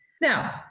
now